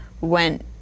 went